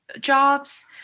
jobs